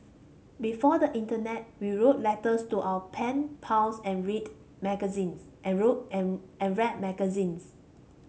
before the internet we wrote letters to our pen pals and read magazines and road and and read magzines